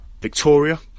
Victoria